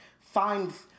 finds